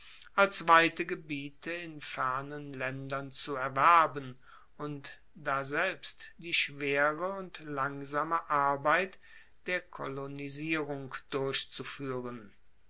als weite gebiete in fernen laendern zu erwerben und daselbst die schwere und langsame arbeit der kolonisierung durchzufuehren